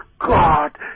God